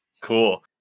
Cool